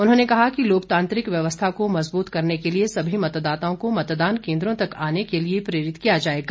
उन्होंने कहा कि लोकतांत्रिक व्यवस्था को मजबूत करने के लिए सभी मतदाताओं को मतदान केन्द्रों तक आने के लिए प्रेरित किया जाएगा